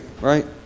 right